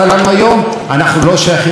כי אמרת: חבר'ה,